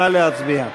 נא להצביע.